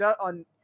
on